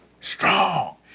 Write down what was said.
strong